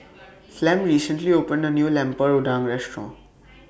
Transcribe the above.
Flem recently opened A New Lemper Udang Restaurant